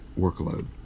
workload